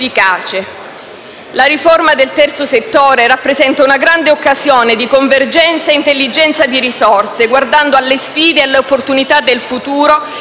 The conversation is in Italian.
La riforma del terzo settore rappresenta una grande occasione di convergenza di intelligenze e risorse, guardando alle sfide e alle opportunità del futuro